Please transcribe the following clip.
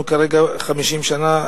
אנחנו כרגע 50 שנה,